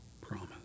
promise